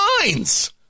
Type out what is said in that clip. minds